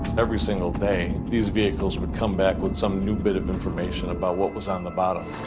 every single thing these vehicles would come back with some new bit of information about what was on the bottom.